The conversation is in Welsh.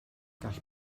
gall